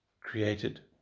created